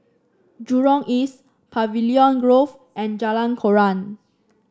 Jurong East Pavilion Grove and Jalan Koran